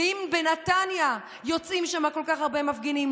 ואם בנתניה יוצאים שם כל כך הרבה מפגינים,